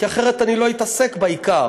כי אחרת אני לא אתעסק בעיקר,